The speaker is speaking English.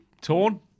torn